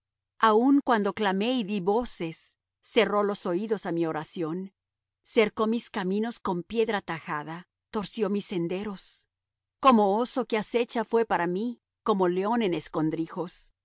aun cuando clamé y dí voces cerro los oídos a mi oración cercó mis caminos con piedra tajada torció mis senderos como oso que acecha fué para mí como león en escondrijos